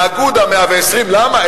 לאגודה, 120. למה?